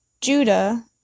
Judah